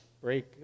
break